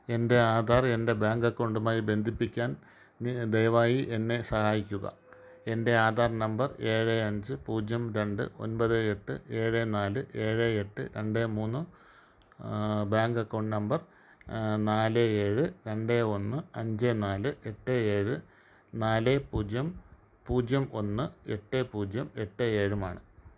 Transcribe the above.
എന്റെ ആധാർ എന്റെ ബാങ്ക് അക്കൗണ്ടുമായി ബന്ധിപ്പിക്കാൻ നീ ദയവായി എന്നെ സഹായിക്കുക എന്റെ ആധാർ നമ്പർ ഏഴ് അഞ്ച് പൂജ്യം രണ്ട് ഒന്പത് എട്ട് ഏഴ് നാല് ഏഴ് എട്ട് രണ്ട് മൂന്ന് ബാങ്ക് അക്കൗണ്ട് നമ്പർ നാല് ഏഴ് രണ്ട് ഒന്ന് അഞ്ച് നാല് എട്ട് ഏഴ് നാല് പൂജ്യം പൂജ്യം ഒന്ന് എട്ട് പൂജ്യം എട്ട് ഏഴുമാണ്